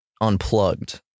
unplugged